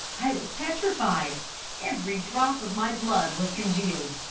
i was petrified every drop of my blood was congealed.